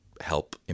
help